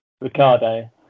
Ricardo